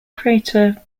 crater